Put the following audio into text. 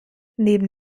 neben